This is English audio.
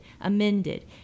amended